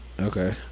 Okay